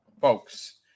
folks